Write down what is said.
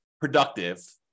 productive